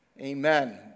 Amen